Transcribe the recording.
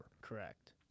Correct